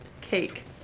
Cake